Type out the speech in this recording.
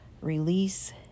release